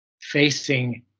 facing